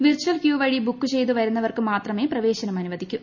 virtual queue വഴി book ചെയ്തു വരുന്നവർക്കു മാത്രമേ പ്രവേശനം അനുവദിക്കൂ